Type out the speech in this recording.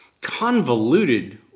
convoluted